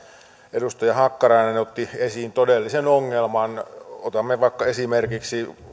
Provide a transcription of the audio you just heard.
edustaja hakkarainen otti esiin todellisen ongelman jos otamme vaikka esimerkiksi